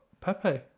Pepe